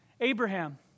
Abraham